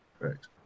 Correct